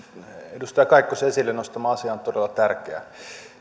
edustaja kaikkosen esille nostama asia on todella